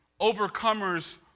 overcomers